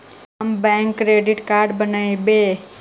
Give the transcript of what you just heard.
हम bank credit card बनैवो?